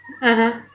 (uh huh)